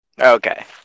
Okay